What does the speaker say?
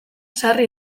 sarri